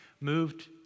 moved